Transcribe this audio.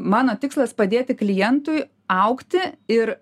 mano tikslas padėti klientui augti ir